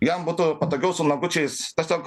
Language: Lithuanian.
jam būtų patogiau su nagučiais tiesiog